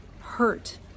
hurt